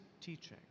teaching